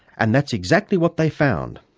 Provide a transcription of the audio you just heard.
and that's exactly what they found,